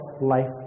life